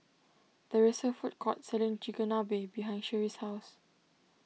there is a food court selling Chigenabe behind Sherie's house